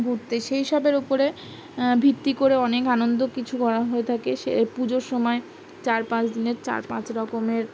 ঘুরতে সেই সবের উপরে ভিত্তি করে অনেক আনন্দ কিছু করা হয়ে থাকে সে পুজোর সময় চার পাঁচ দিনের চার পাঁচ রকমের